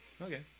okay